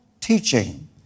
teaching